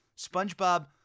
Spongebob